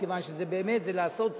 מכיוון שזה, באמת, לעשות צדק,